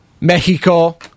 Mexico